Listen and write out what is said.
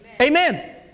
Amen